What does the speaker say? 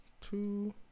Two